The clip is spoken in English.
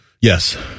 Yes